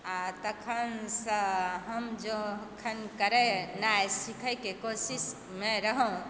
आओर तखनसँ हम जखन कयनाइ सीखयके कोशिशमे रहि